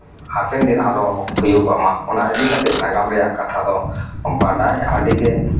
ᱦᱟᱯᱮᱱ ᱫᱤᱱ ᱟᱞᱚ ᱦᱩᱭᱩᱜᱚᱜ ᱢᱟ ᱚᱱᱟ ᱤᱫᱤ ᱠᱟᱛᱮᱫ ᱱᱟᱜᱟᱢ ᱨᱮᱭᱟᱜ ᱠᱟᱛᱷᱟ ᱫᱚ ᱟᱹᱰᱤ ᱜᱮ